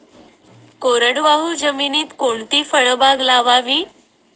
कोरडवाहू जमिनीत कोणती फळबाग लावावी?